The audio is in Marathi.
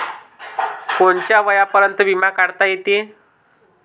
कोनच्या वयापर्यंत बिमा काढता येते?